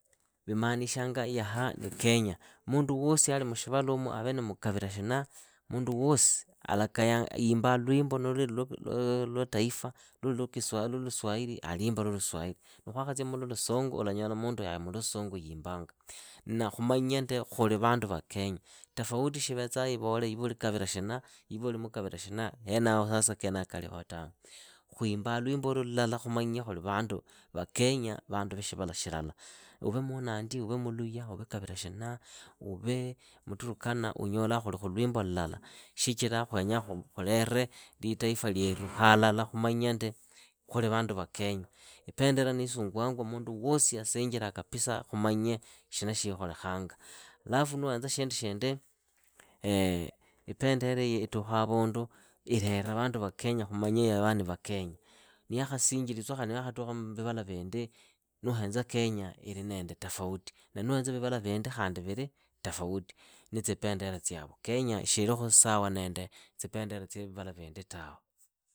Vimanishanga yaha ni kenya, mundu wosi ali mushivalumu ave ni mukavira shina yiimba lwimbo ni luli lwa kitaifa, luli lwa luswahili aliimba luswahili. ni khwakhatsia mulusungu ulanyola munduoyo ali mulusungu yimbanga, na khumanya ndi khuli vandu va kenya, tofauti shiivetsaho ivole iwe uli kavira shina. iwe uli kavira shina, henaho sasa kenako kaliho tawe. khwimbaa lwimbo lulala khumanya khuli vandu va kenya, vandu va shivala shilala. Uve muunandi uve muluya uve kavira shina, uve muturukana unyolaa khuli khu lwimbo lala, shichira khwenya khulere litaifa lyeru halala, khumanye ndi, khuli vandu va kenya, ipendera nisungwangwa mundu wosi yasinjiraa kapisa khumanya shina shiikholekhanga. Alafu nuhenza shindu shindi, ipenderaiyi, itukha havundu ilera vandu va kenya khumanya yava ni vakenya, niyakhasinjiritswa khali niwakhatukha mbivala vindi, nuhenza kenya ili nende tofauti. na nuhenza vivala vindi khandi vili tofauti, na tsipendera tsiavo. Kenya shiilikhu sawa nende tsipendera tsia vivala vindi tawe.